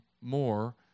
more